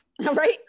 Right